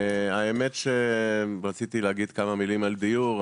האמת שרציתי להגיד כמה מילים על דיור,